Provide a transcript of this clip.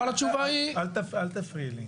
אל תפריעי.